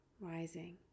rising